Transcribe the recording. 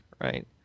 right